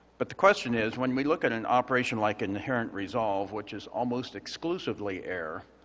but, the question is when we look at an operation like inherent resolve which is almost exclusively air,